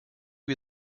you